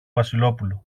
βασιλόπουλο